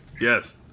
Yes